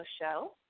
Show